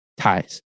ties